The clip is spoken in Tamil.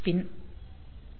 பின் 1